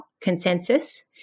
consensus